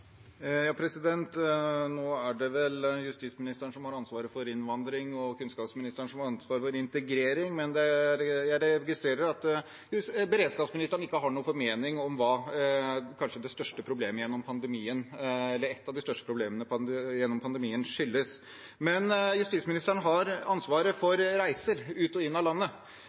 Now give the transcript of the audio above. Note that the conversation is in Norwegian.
Nå er det vel justisministeren som har ansvaret for innvandring, og kunnskapsministeren som har ansvaret for integrering, men jeg registrerer at beredskapsministeren ikke har noen formening om hva et av de største problemene gjennom pandemien skyldes. Men justisministeren har ansvaret for reiser ut og inn av landet,